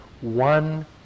one